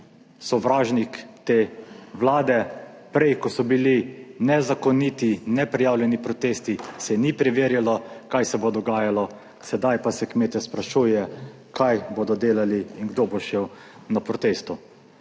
sovražnik te Vlade. Prej, ko so bili nezakoniti, neprijavljeni protesti, se ni preverjalo kaj se bo dogajalo, sedaj pa se kmete sprašuje kaj bodo delali in kdo bo šel na protest.